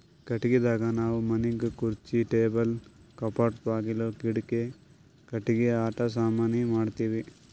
ಕಟ್ಟಿಗಿದಾಗ್ ನಾವ್ ಮನಿಗ್ ಖುರ್ಚಿ ಟೇಬಲ್ ಕಪಾಟ್ ಬಾಗುಲ್ ಕಿಡಿಕಿ ಕಟ್ಟಿಗಿ ಆಟ ಸಾಮಾನಿ ಮಾಡ್ತೀವಿ